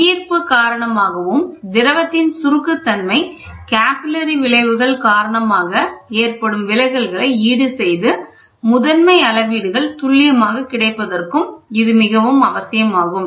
புவியீர்ப்பு காரணமாகவும் திரவத்தின் சுருக்கத்தன்மை கேபிலரி விளைவுகள் காரணமாக ஏற்படும் விலகல்களை ஈடுசெய்து முதன்மை அளவீடுகள்துல்லியமாக கிடைப்பதற்கும் இது மிகவும் அவசியமாகும்